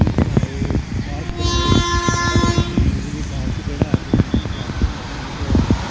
school बनाए बनाए park बनाए साम्बा दे बिच्च वीरभूमि पार्क जेह्ड़ा सुरजीत सिंह् सलाथिया होरें ओपन कीते दा